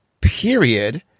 period